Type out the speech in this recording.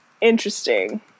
Interesting